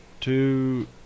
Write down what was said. Two